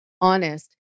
honest